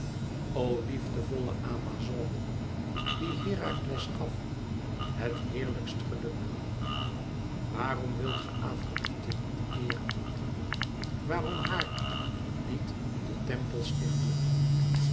o liefdevolle amazone die herakles gaf het heerlijkst geluk waarom wilt ge afrodite niet eeren waarom haar niet den tempel stichten